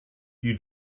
you